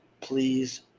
please